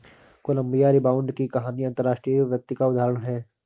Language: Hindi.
कोलंबिया रिबाउंड की कहानी अंतर्राष्ट्रीय वित्त का उदाहरण है